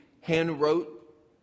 hand-wrote